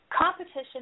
competition